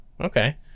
Okay